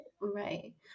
Right